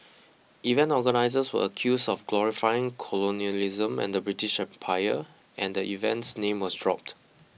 event organisers were accused of glorifying colonialism and the British Empire and event's name was dropped